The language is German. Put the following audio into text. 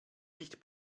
nicht